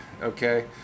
okay